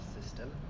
system